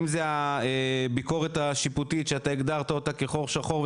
אם זה הביקורת השיפוטית שאתה הגדרת אותה כחור שחור,